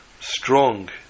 strong